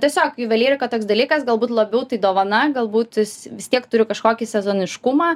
tiesiog juvelyrika toks dalykas galbūt labiau tai dovana galbūt jis vis tiek turi kažkokį sezoniškumą